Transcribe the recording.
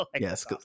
yes